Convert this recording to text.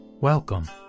Welcome